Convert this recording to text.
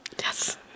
Yes